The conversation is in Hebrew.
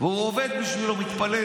והוא עובד בשבילו, מתפלל.